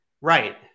Right